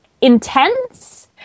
intense